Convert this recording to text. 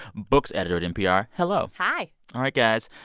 books editor at npr. hello hi all right, guys.